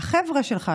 החבר'ה שלך,